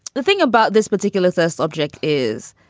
the thing about this particular sex object is,